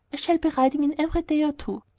shall be riding in every day or two.